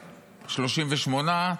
38,